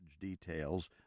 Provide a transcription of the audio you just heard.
details